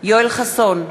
יואל חסון,